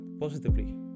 positively